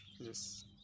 yes